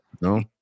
no